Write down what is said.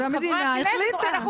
חברי הכנסת -- והמדינה החליטה.